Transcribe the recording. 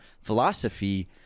philosophy